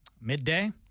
midday